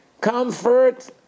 comfort